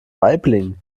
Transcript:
waiblingen